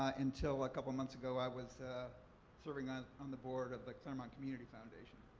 ah until a couple months ago i was serving on on the board of the claremont community foundation.